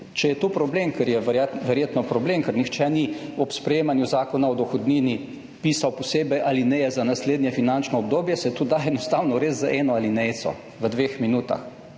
Če je to problem, ker je verjetno problem, ker nihče ni ob sprejemanju Zakona o dohodnini pisal posebej alineje za naslednje finančno obdobje, se to da enostavno res z eno alinejico v dveh minutah,